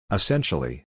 Essentially